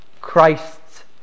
Christ's